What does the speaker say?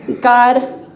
God